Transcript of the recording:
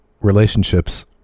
relationships